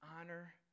honor